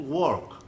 work